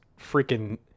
freaking